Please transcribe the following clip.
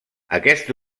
aquest